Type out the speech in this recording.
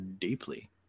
deeply